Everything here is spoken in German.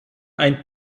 ein